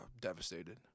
Devastated